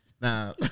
Now